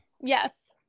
yes